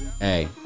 hey